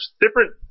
different